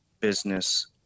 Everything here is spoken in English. business